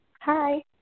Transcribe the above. Hi